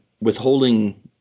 withholding